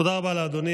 תודה רבה לאדוני.